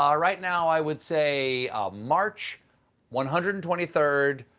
um right now, i would say march one hundred and twenty third,